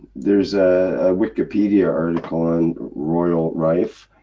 there is a wikipedia article on royal rife,